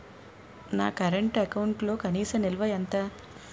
నా కరెంట్ అకౌంట్లో కనీస నిల్వ ఎంత?